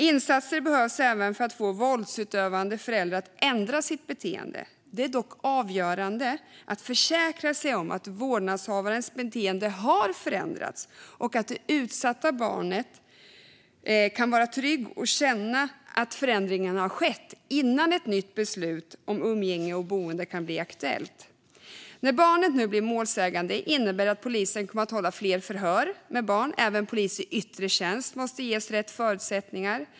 Insatser behövs även för att få våldsutövande föräldrar att ändra sitt beteende. Det är dock avgörande att försäkra sig om att vårdnadshavarens beteende har förändrats och att det utsatta barnet kan vara trygg och känna att förändringen har skett innan ett nytt beslut om umgänge och boende kan bli aktuellt. När barnet nu blir målsägande innebär det att polisen kommer att hålla fler förhör med barn. Även polis i yttre tjänst måste ges rätt förutsättningar.